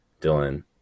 Dylan